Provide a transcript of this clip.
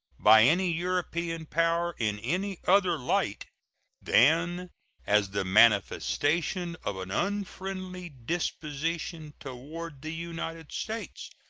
by any european power in any other light than as the manifestation of an unfriendly disposition toward the united states.